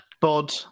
Bod